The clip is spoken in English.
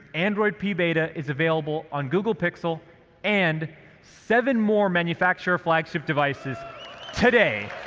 android p beta is available on google pixel and seven more manufacturer flagship devices today.